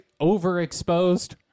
overexposed